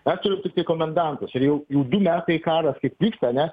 dar turiu tiktai komendantus ir jau jau du metai karas kaip vyksta ane